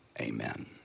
amen